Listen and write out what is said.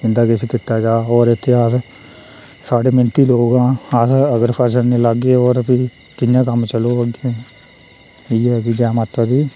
इं'दा किश कीता जा होर अस मैह्नती लोक आं अस अगर फसल नी लागे होर फ्ही कि'यां कम्म चलग अग्गें इ'यै कि जै माता दी